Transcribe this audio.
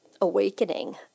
awakening